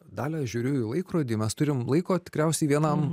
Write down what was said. dalia žiūriu į laikrodį mes turim laiko tikriausiai vienam